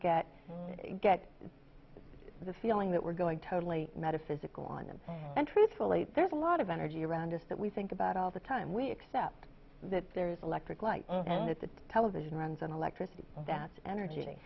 get get the feeling that we're going to totally metaphysical on them and truthfully there's a lot of energy around us that we think about all the time we accept that there is electric light and that the television runs on electricity that energy